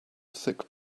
thick